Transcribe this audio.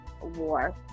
War